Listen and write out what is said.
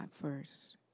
first